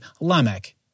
Lamech